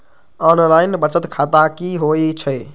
Online बचत खाता की होई छई?